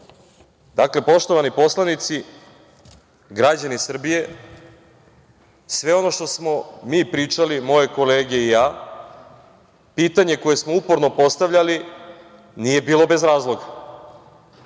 Der.“Dakle, poštovani poslanici, građani Srbije, sve ono što smo mi pričali, moje kolege i ja, pitanje koje smo uporno postavljali nije bilo bez razloga.